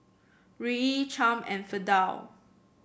Ruie Chaim and Fidel